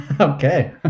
Okay